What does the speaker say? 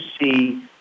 see